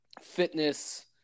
fitness